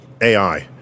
AI